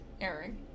airing